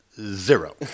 zero